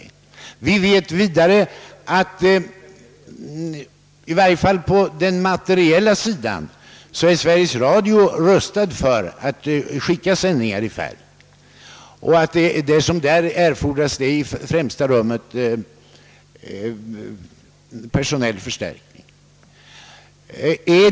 Vidare känner vi till att Sveriges Radio, åtminstone på den materiella sidan, är rustad för sändningar i färg, och det som härvidlag i främsta rummet erfordras är personell förstärkning.